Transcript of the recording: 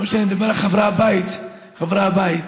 אני מדבר על חברי הבית, חברי הבית.